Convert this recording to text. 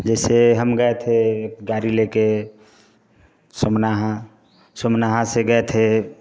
जैसे हम गए थे गाड़ी लेके सोमनाहा सोमनाहा से गए थे